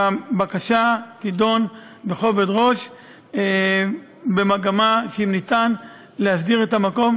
הבקשה תידון בכובד ראש במגמה שניתן להסדיר את המקום,